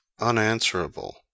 unanswerable